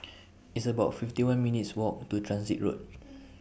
It's about fifty one minutes' Walk to Transit Road